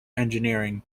engineering